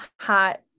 hot